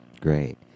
Great